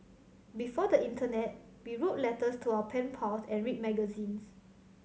before the internet we wrote letters to our pen pals and read magazines